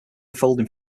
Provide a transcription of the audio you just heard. folding